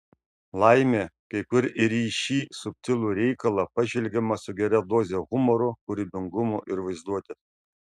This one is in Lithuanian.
laimė kai kur ir į šį subtilų reikalą pažvelgiama su gera doze humoro kūrybingumo ir vaizduotės